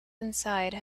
inside